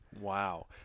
Wow